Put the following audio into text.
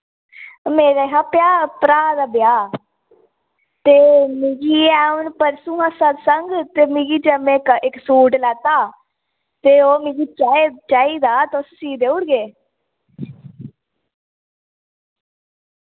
मेरे हा प्या भ्रा दा ब्याह् ते मिगी ऐ हू'न परसु ऐ सत्संग ते मिगी ज मैं इक सूट लैता ते ओ मिगी चाई चाही दा तुस सी देऊड़गे